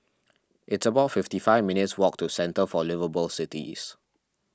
it's about fifty five minutes' walk to Centre for Liveable Cities